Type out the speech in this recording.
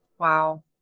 Wow